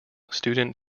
student